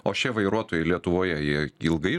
o šie vairuotojai lietuvoje jie ilgai